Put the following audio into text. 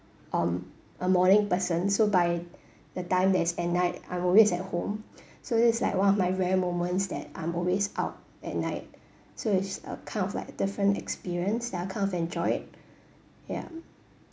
um a morning person so by the time there's at night I'm always at home so that's like one of my rare moments that I'm always out at night so it's a kind of like a different experience that I kind of enjoy it ya